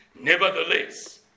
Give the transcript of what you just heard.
nevertheless